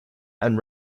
and